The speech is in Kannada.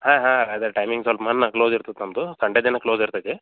ಹಾಂ ಹಾಂ ಅದೇ ಟೈಮಿಂಗ್ಸ್ ಸ್ವಲ್ಪ ಮೊನ್ನೆ ಕ್ಲೋಸ್ ಇರ್ತಾತೆ ನಮ್ಮದು ಸಂಡೇ ದಿನ ಕ್ಲೋಸ್ ಇರ್ತೈತೆ